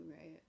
right